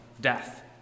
death